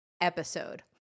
episode